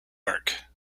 work